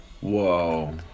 Whoa